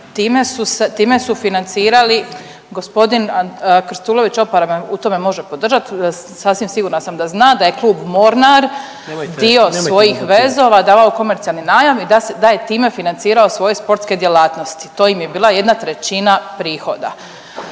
Time su financirali g. Krstulović Opara me u tome može podržat sasvim sigurna sam da zna da je Klub Mornar dio svojih vezova davao u komercijalni najam i da je time financirao svoje sportske djelatnosti, to im je bila jedna trećina prihoda.